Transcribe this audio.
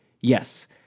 yes